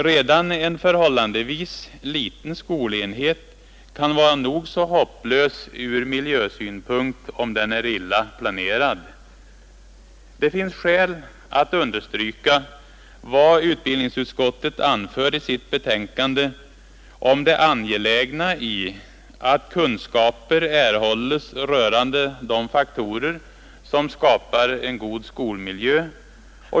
Redan en förhållandevis liten skolenhet kan vara nog så hopplös ur miljösynpunkt om den är illa planerad. Det finns skäl att understryka vad utbildningsutskottet anför i sitt betänkande om det angelägna i att kunskaper erhålles rörande de faktorer som skapar en god skolmiljö.